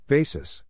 Basis